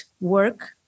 work